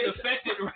affected